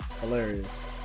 Hilarious